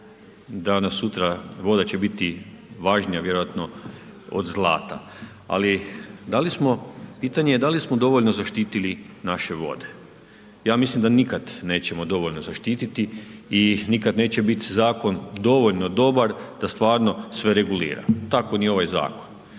Danas/sutra, voda će biti važnija vjerojatno od zlata. Ali da li smo, pitanje je da li smo dovoljno zaštitili naše vode? Ja mislim da nikad nećemo dovoljno zaštiti i nikad neće biti zakon dovoljno dobar da stvarno sve regulira, tako ni ovaj zakon.